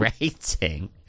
Rating